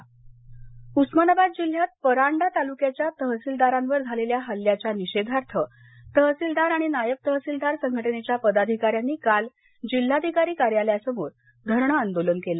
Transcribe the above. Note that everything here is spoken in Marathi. आंदोलन उस्मानावाद उस्मानाबाद जिल्ह्यात परंडा तालुक्याच्या तहसीलदारांवर झालेल्या हल्ल्याच्या निषेधार्थ तहसीलदार आणि नायब तहसीलदार संघटनेच्या पदाधिकाऱ्यांनी काल जिल्हाधिकारी कार्यालयासमोर धरणं आंदोलन केलं